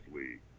league